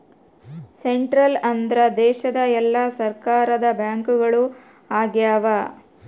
central ಅಂದ್ರ ದೇಶದ ಎಲ್ಲಾ ಸರ್ಕಾರದ ಬ್ಯಾಂಕ್ಗಳು ಆಗ್ಯಾವ